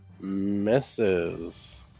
misses